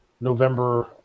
November